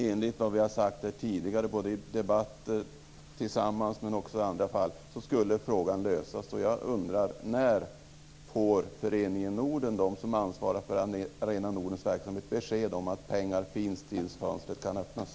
Enligt vad vi har sagt här tidigare, både i debatter tillsammans och även i andra sammanhang, skulle frågan lösas. Jag undrar när Föreningen Norden, som ansvarar för Arena Nordens verksamhet, får besked om att pengar finns tills fönstret kan öppnas.